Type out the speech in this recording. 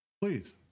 please